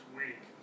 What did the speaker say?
week